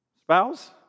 spouse